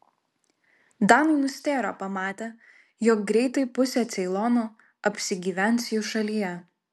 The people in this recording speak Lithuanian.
danai nustėro pamatę jog greitai pusė ceilono apsigyvens jų šalyje